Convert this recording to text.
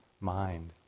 mind